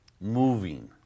Moving